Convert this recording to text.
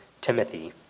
Timothy